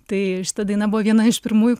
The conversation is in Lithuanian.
tai šita daina buvo viena iš pirmųjų